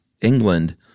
England